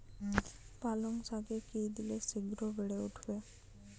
পালং শাকে কি দিলে শিঘ্র বেড়ে উঠবে?